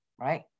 right